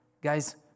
guys